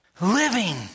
Living